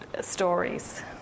stories